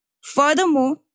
Furthermore